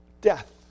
death